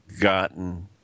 gotten